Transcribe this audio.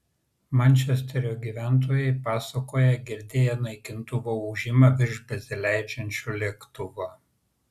mančesterio gyventojai pasakoja girdėję naikintuvo ūžimą virš besileidžiančio lėktuvo